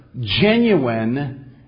genuine